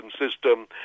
system